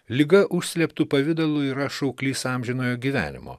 liga užslėptu pavidalu yra šauklys amžinojo gyvenimo